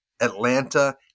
Atlanta